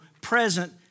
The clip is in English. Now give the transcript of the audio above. present